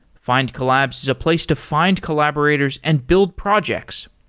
findcollabs is a place to find collaborators and build projects.